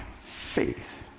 faith